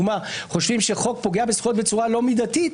חושבים שחוק פוגע בזכויות בצורה לא מידתית,